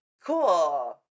cool